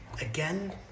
Again